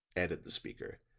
added the speaker,